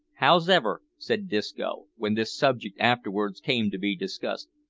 hows'ever, said disco, when this subject afterwards came to be discussed,